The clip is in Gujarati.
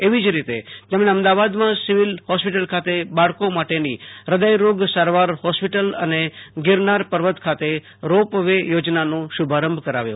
એવી જ રીતે તેમણે અમદાવાદમાં સિવિલ હોસ્પિટલ ખાતે બાળકો માટેની હ્રદયરોગ સારવાર હોસ્પિટલ અને ગિરનાર પર્વત ખાતે રોપ વે યોજનાનો શુભારંભ કરાવ્યો